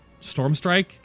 Stormstrike